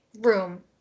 room